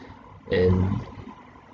and